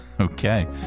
Okay